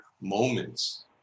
moments